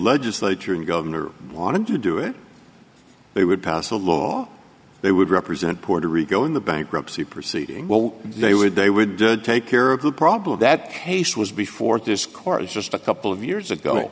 legislature and governor wanted to do it they would pass a law they would represent puerto rico in the bankruptcy proceeding well they would they would take care of the problem that case was before this court was just a couple of years ago